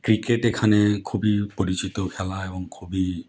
cricket এখানে খুবই পরিচিত খেলা এবং খুবই